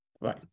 Bye